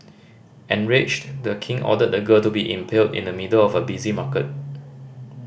enraged The King ordered the girl to be impaled in the middle of a busy market